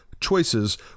choices